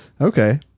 Okay